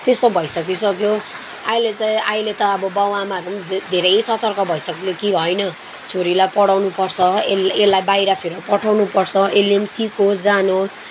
त्यस्तो भइसकिसक्यो अहिले चाहिँ अहिले त अब बाबउ आमाहरू पनि धेरै सतर्क भइसक्यो कि होइन छोरीलाई पढाउनु पर्छ यस यसलाई बाहिरफेर पठाउनु पर्छ यसले पनि सिकोस् जानोस्